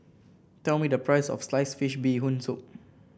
tell me the price of Sliced Fish Bee Hoon Soup